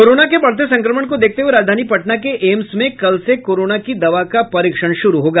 corona के बढ़ते संक्रमण को देखते हुये राजधानी पटना के एम्स में कल से कोरोना की दवा का परीक्षण शुरू होगा